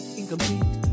incomplete